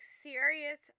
serious